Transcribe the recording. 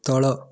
ତଳ